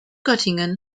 göttingen